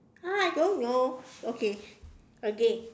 !huh! I don't know okay again